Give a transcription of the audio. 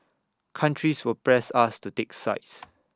countries will press us to take sides